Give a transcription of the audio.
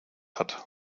hat